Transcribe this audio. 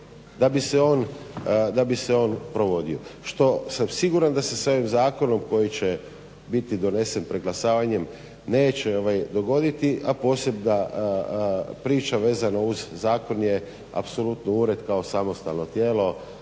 da bi se on provodio, što sam siguran da se sa ovim zakonom koji će biti donesen preglasavanjem neće dogoditi. A posebna priča vezana uz zakon je apsolutno ured kao samostalno tijelo.